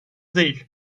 değil